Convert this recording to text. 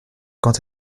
quant